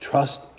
Trust